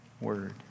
word